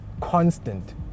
constant